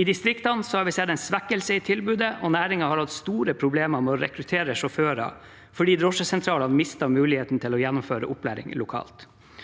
I distriktene har vi sett en svekkelse i tilbudet, og næringen har hatt store problemer med å rekruttere sjåfører fordi drosjesentralene mister muligheten til å gjennomføre opplæring lokalt.